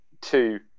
two